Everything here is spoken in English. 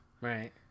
right